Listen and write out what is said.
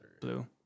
Blue